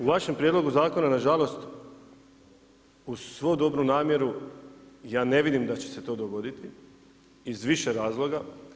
U vašem prijedlogu zakona nažalost u svu dobru namjeru, ja ne vidim da će se to dogoditi iz više razloga.